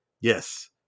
Yes